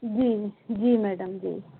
जी जी मैडम जी